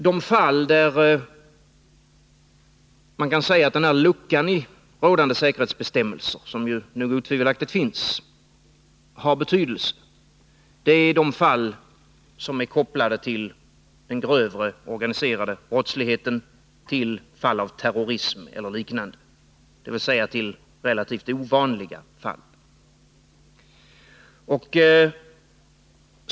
De fall där man kan säga att den här luckan i rådande säkerhetsbestämmelser, som otvivelaktigt finns, har betydelse är de fall som är kopplade till den grövre organiserade brottsligheten, till fall av terrorism eller liknande, dvs. till relativt ovanliga fall.